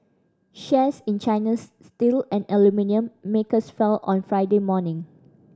shares in China's steel and aluminium makers fell on Friday morning